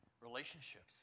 relationships